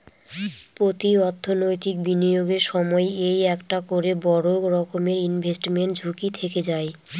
প্রতি অর্থনৈতিক বিনিয়োগের সময় এই একটা করে বড়ো রকমের ইনভেস্টমেন্ট ঝুঁকি থেকে যায়